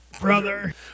brother